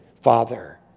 father